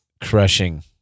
crushing